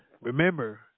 Remember